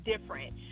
different